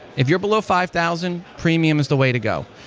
if you're below five thousand, premium is the way to go.